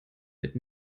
mit